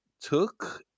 took